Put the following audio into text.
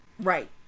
Right